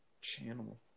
channel